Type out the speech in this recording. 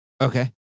Okay